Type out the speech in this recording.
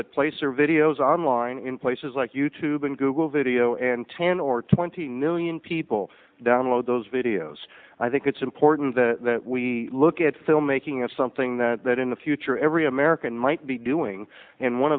that placer videos online in places like you tube and google video and tran or twenty million people download those videos i think it's important that we look at filmmaking as something that in the future every american might be doing and one